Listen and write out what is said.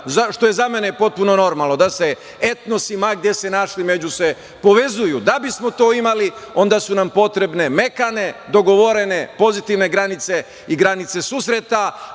što je za mene potpuno normalno, da se etnosi, ma gde se našli, među se povezuju. Da bismo to imali, onda su nam potrebne mekane, dogovorene, pozitivne granice i granice susreta. Moje